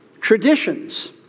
traditions